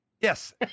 Yes